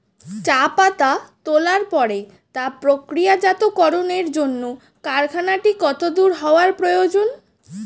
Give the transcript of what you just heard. চা পাতা তোলার পরে তা প্রক্রিয়াজাতকরণের জন্য কারখানাটি কত দূর হওয়ার প্রয়োজন?